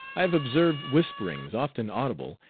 i have observed whisperings, often audible,